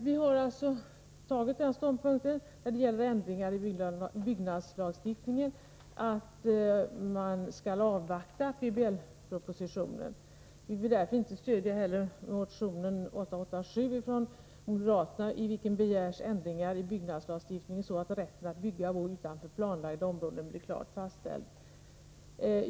Vi har alltså intagit den ståndpunkten när det gäller ändringar i byggnadslagstiftningen att man skall avvakta PBL-propositionen. Vi vill därför inte stödja motionen 887 från moderaterna, i vilken begärs ändringar i byggnadslagstiftningen så att rätten att bygga och bo utanför planlagda områden blir klart fastlagd. Fru talman!